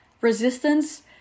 resistance